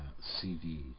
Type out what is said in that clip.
CD